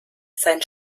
sein